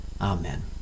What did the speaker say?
Amen